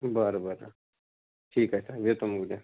बरं बरं ठीक आहे आता येतो मग उद्या